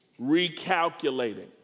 recalculating